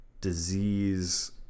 disease